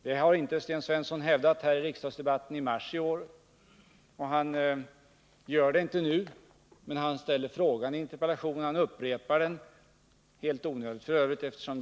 Det har Sten Svensson inte hävdat i riksdagsdebatten i mars i år eller i något annat skede av handläggningen, och han gör det inte heller nu.